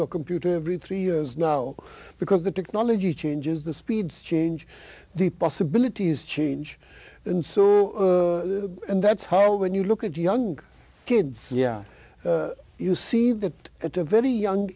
your computer every three years now because the technology changes the speeds change the possibilities change and so that's how when you look at young kids yeah you see that at a very young